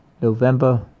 November